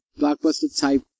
blockbuster-type